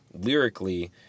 lyrically